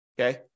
okay